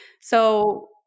So-